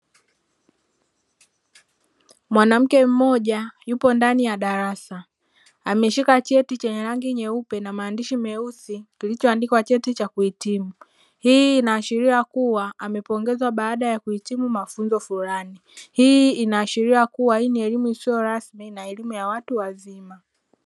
Mwanamke mmoja yupo ndani ya darasa ameshika cheti chenye rangi nyeupe na maandishi meusi, kilichoandikwa cheti cha kuhitumu. Hii inaashiria kuwa amepongezwa baada ya kuhitimu mafunzo fulani, hii inaashiria kuwa hii ni elimu isiyo rasmi na elimu ya watu wazima.